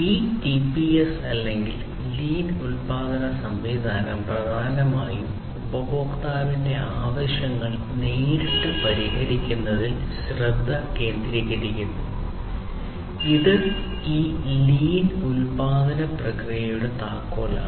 ഈ ടിപിഎസ് അല്ലെങ്കിൽ ലീൻ ഉൽപാദന സംവിധാനം പ്രധാനമായും ഉപഭോക്താവിന്റെ ആവശ്യങ്ങൾ നേരിട്ട് പരിഹരിക്കുന്നതിൽ ശ്രദ്ധ കേന്ദ്രീകരിക്കുന്നു ഇത് ഈ ലീൻ ഉൽപാദന പ്രക്രിയയുടെ താക്കോലാണ്